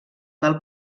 del